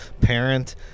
parent